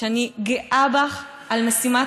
שאני גאה בך על משימת